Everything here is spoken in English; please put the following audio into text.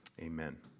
amen